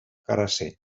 carasser